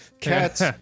cats